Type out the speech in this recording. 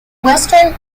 western